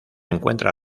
encuentra